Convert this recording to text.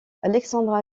alexandra